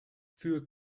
für